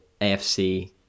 AFC